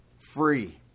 free